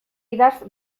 idatz